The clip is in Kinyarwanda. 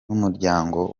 n’umuryango